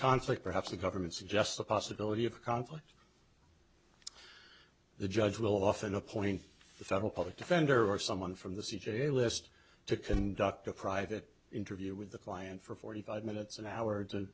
conflict perhaps the government suggests the possibility of a conflict the judge will often appoint the federal public defender or someone from the c j list to conduct a private interview with the client for forty five minutes an hour to